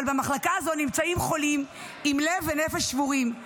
אבל במחלקה הזאת נמצאים חולים עם לב ונפש שבורים,